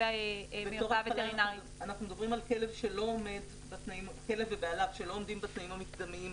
אנחנו מדברים על כלב ובעליו שלא עומדים בתנאים המקדמיים